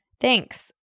Thanks